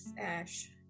Ash